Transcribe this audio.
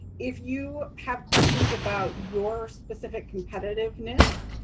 if you have questions about your specific competitiveness,